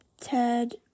Ted